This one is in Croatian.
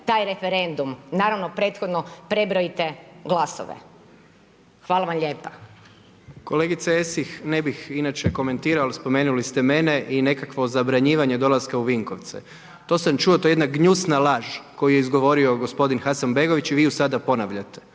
taj referendum. Naravno, prethodno, prebrojite glasove. Hvala vam lijepo. **Jandroković, Gordan (HDZ)** Kolegice Esih, ne bih inače komentirao, ali spomenuli ste mene i nekakvo zabranjivanje dolaska u Vinkovce, to sam čuo, to je jedna gnjusna laž, koju je izgovorio gospodin Hasanbegović i vi ju sada ponavljate.